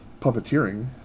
puppeteering